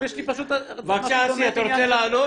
בבקשה אסי, אתה רוצה לענות?